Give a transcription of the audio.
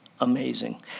amazing